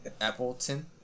Appleton